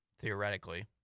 theoretically